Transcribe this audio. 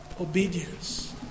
obedience